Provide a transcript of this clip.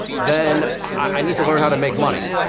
then i need to learn how to make money.